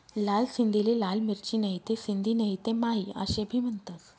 लाल सिंधीले लाल मिरची, नहीते सिंधी नहीते माही आशे भी म्हनतंस